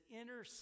inner